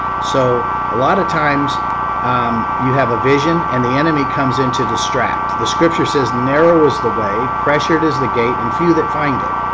so a lot of times you have a vision and the enemy comes in to distract. the scripture says, narrow is the way, pressured is the gate and few that find it.